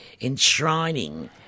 enshrining